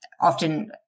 often